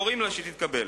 קוראים שתתקבל.